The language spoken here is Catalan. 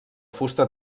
fusta